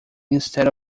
instead